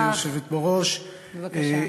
גברתי היושבת בראש, תודה רבה,